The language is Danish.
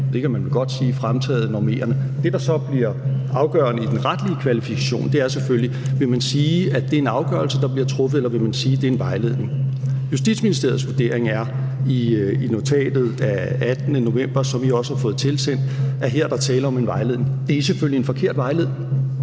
det kan man vel godt sige, fremtræde normerende. Det, der så bliver afgørende i den retlige kvalifikation, er selvfølgelig: Vil man sige, at det er en afgørelse, der bliver truffet, eller vil man sige, at det er en vejledning? Justitsministeriets vurdering er i notatet af 18. november, som I også har fået tilsendt, at her er der tale om en vejledning. Det er selvfølgelig en forkert vejledning,